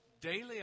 daily